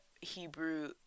Hebrew